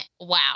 Wow